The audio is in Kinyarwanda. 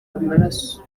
amaraso